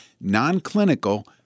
non-clinical